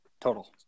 total